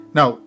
Now